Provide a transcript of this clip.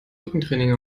rückentraining